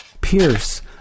Pierce